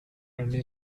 early